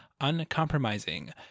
uncompromising